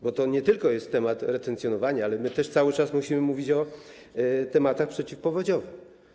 Bo to nie tylko jest temat retencjonowania, ale my też cały czas musimy mówić o tematach przeciwpowodziowych.